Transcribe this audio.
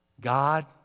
God